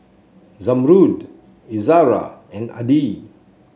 Zamrud Izara and Adi